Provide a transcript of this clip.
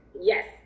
Yes